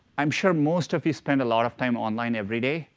i'm sure most of you spent a lot of time online every day.